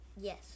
Yes